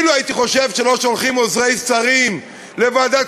אילו הייתי חושב שלא שולחים עוזרי שרים לוועדת